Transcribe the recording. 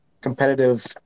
competitive